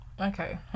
Okay